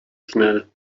schnell